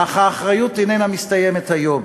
אך האחריות איננה מסתיימת היום